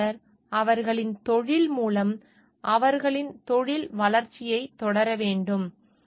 பொறியாளர் அவர்களின் தொழில் மூலம் அவர்களின் தொழில் வளர்ச்சியைத் தொடர வேண்டும்